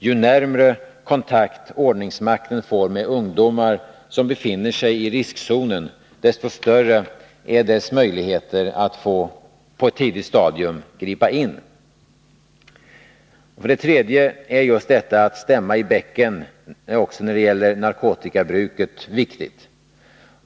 Ju närmare kontakt ordningsmakten får med ungdomar som befinner sig i riskzonen, desto större är dess möjligheter att på ett tidigt stadium gripa in. Det är viktigt att stämma i bäcken också när det gäller narkotikabruket.